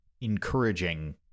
encouraging